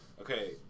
Okay